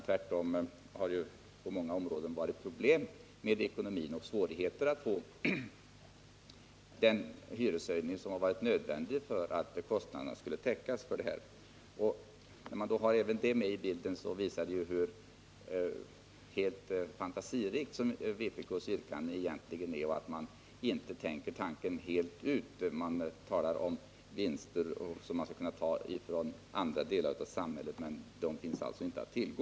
Tvärtom har det på många områden funnits problem med ekonomin, och de har haft svårigheter att göra de hyreshöjningar som varit nödvändiga för att få kostnadstäckning. När man har även det med i bilden visar det sig hur fantasirikt vpk:s yrkande är. Ni tänker inte tanken helt ut. Ni talar om vinster som skulle kunna tas från andra delar av samhället — men de finns alltså inte att tillgå.